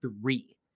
three